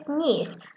news